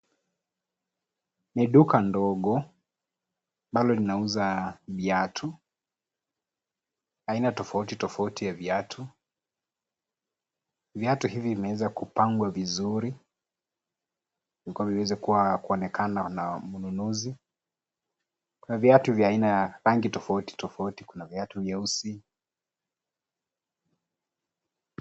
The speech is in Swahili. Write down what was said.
Ni duka ndogo ambalo linauza viatu aina tofauti tofauti ya viatu. Viatu hivi vimeweza kupangwa vizuri iweze kuonekana na mununuzi kuna viatu vya aina ya rangi tofauti tofauti kuna viatu vyeusi.